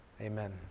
Amen